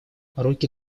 руки